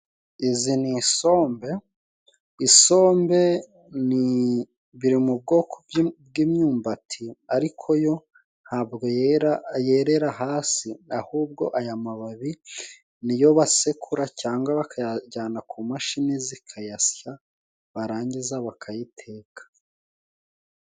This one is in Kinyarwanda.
Izi ni isombe, isombe ni biri mu bwoko bw'imyumbati ariko yo ntabwo yera yerera hasi ahubwo aya mababi ni yo basekura cyangwa bakayajyana ku mashini zikayasya barangiza bakayiteka.